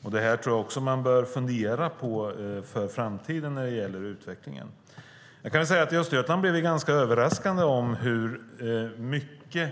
Jag tror att man bör fundera på den utvecklingen i framtiden. I Östergötland blev vi ganska överraskade av hur många